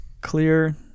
clear